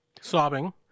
Sobbing